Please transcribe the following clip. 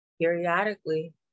periodically